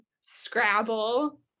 scrabble